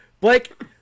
Blake